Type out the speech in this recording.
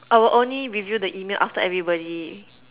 I will only review the email after everybody